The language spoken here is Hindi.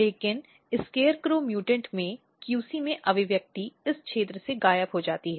लेकिन scarecrow म्यूटेंट में QC में अभिव्यक्ति इस क्षेत्र से गायब हो जाती है